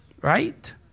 Right